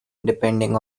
depending